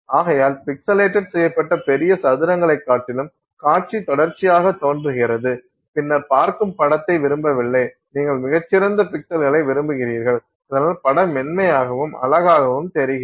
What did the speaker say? ஆகையால் பிக்சலேட்டட் செய்யப்பட்ட பெரிய சதுரங்களைக் காட்டிலும் காட்சி தொடர்ச்சியாகத் தோன்றுகிறது பின்னர் பார்க்கும் படத்தை விரும்பவில்லை நீங்கள் மிகச் சிறந்த பிக்சல்களை விரும்புகிறீர்கள் இதனால் படம் மென்மையாகவும் அழகாகவும் தெரிகிறது